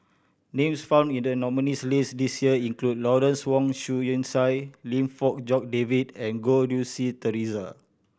names found in the nominees' list this year include Lawrence Wong Shyun Tsai Lim Fong Jock David and Goh Rui Si Theresa